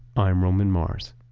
i'm roman mars